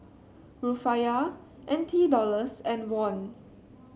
Rufiyaa N T Dollars and Won